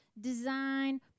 design